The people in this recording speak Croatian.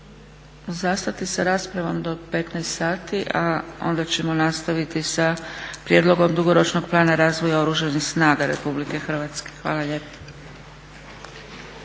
Hvala